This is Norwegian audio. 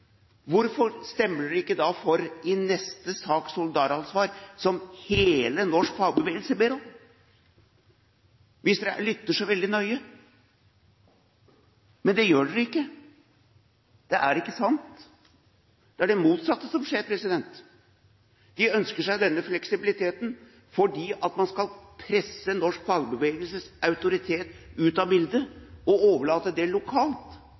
i neste sak, om solidaransvar, som hele den norske fagbevegelsen ber om, hvis de lytter så veldig nøye? Men det gjør de ikke. Det er ikke sant. Det er det motsatte som skjer. De ønsker seg denne fleksibiliteten fordi man skal presse norsk fagbevegelses autoritet ut av bildet og overlate det lokalt,